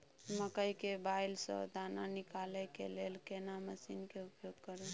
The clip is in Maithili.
मकई के बाईल स दाना निकालय के लेल केना मसीन के उपयोग करू?